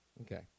okay